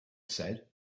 said